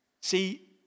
See